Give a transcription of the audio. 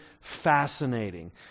fascinating